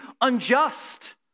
unjust